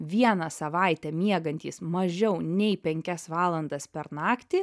vieną savaitę miegantys mažiau nei penkias valandas per naktį